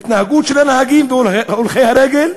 ההתנהגות של הנהגים והולכי הרגל,